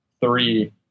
three